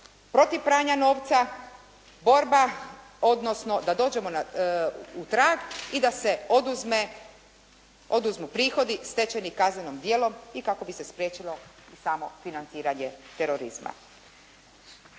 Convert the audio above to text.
protiv pranja novca, borba odnosno da dođemo u trag i da se oduzmu prihodi stečeni kaznenim djelom i kako bi se spriječilo samo financiranje terorizma.